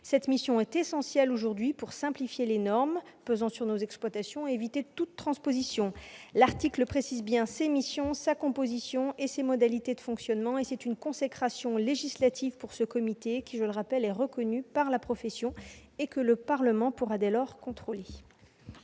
Sa mission est essentielle aujourd'hui pour simplifier les normes pesant sur nos exploitations et éviter toute surtransposition. L'article précise ses missions, sa composition et ses modalités de fonctionnement. C'est une consécration législative pour ce comité reconnu par la profession et que le Parlement pourra dès lors contrôler.